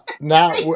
Now